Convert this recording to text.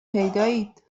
پیدایید